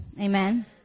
Amen